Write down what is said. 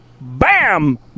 bam